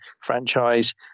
franchise